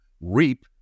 reap